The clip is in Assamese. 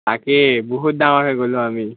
তাকে বহুত ডাঙৰ হৈ গ'লোঁ আমি